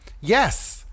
yes